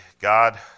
God